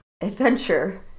adventure